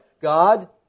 God